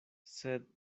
sed